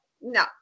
no